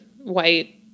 white